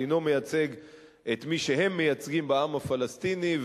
אינו מייצג את מי שהם מייצגים בעם הפלסטיני,